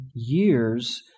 years